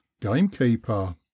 gamekeeper